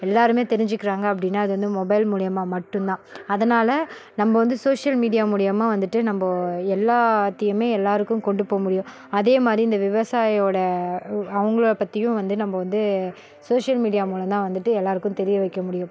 எல்லாருமே தெரிஞ்சிக்கிறாங்க அப்படீன்னா அது வந்து மொபைல் மூலியமாக மட்டுந்தான் அதனால் நம்ம வந்து சோசியல் மீடியா மூலியமாக வந்துட்டு நம்ம எல்லாத்தையுமே எல்லாருக்கும் கொண்டு போக முடியும் அதேமாரி இந்த விவசாயியோட அவுங்கள பத்தியும் நம்ப வந்து சோசியல் மீடியா மூலந்தான் வந்துட்டு எல்லாருக்கும் தெரிய வைக்க முடியும்